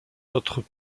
d’autres